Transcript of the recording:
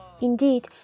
Indeed